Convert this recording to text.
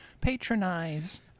patronize